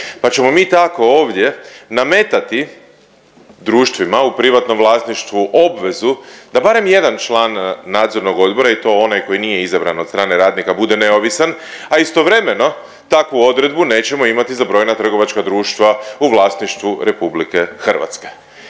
Pa ćemo mi tako ovdje nametati društvima u privatnom vlasništvu obvezu da barem jedan član nadzornog odbora i to onaj koji nije izabran od strane radnika bude neovisan, a istovremeno takvu odredbu nećemo imati za brojna trgovačka društva u vlasništvu RH.